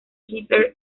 hitler